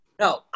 No